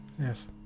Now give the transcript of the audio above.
Yes